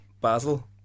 Basil